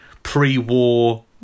Pre-war